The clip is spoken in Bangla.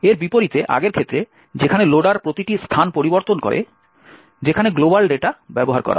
এর বিপরীতে আগের ক্ষেত্রে যেখানে লোডার প্রতিটি স্থান পরিবর্তন করে যেখানে গ্লোবাল ডেটা ব্যবহার করা হয়